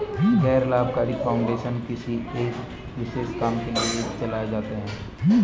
गैर लाभकारी फाउंडेशन किसी एक विशेष काम के लिए चलाए जाते हैं